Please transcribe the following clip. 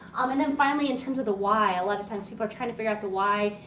um and then, finally, in terms of the why. a lot of times people are trying to figure out the why.